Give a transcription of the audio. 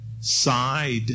side